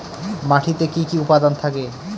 মাটিতে কি কি উপাদান থাকে?